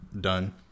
done